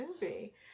movie